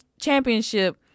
championship